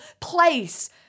place